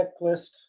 checklist